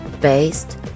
based